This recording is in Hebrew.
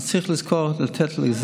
אז צריך לזכור לתת,